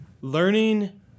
learning